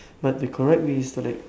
but the correct way is to like